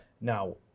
Now